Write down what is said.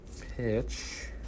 pitch